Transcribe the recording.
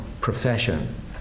profession